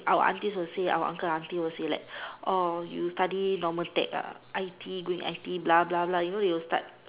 our aunties will say our uncle aunty will say like orh you study normal tech ah I_T going I_T_E blah blah blah you know they'll start